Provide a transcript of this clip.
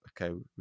okay